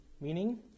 Meaning